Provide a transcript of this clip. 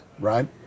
Right